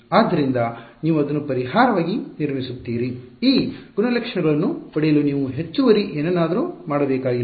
ಆದ್ದರಿಂದ ನೀವು ಅದನ್ನು ಪರಿಹಾರವಾಗಿ ನಿರ್ಮಿಸುತ್ತೀರಿ ಈ ಗುಣಲಕ್ಷಣಗಳನ್ನು ಪಡೆಯಲು ನೀವು ಹೆಚ್ಚುವರಿ ಏನನ್ನಾದರೂ ಮಾಡಬೇಕಾಗಿಲ್ಲ